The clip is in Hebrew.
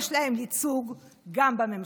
יש להם ייצוג גם בממשלה.